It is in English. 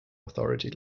authority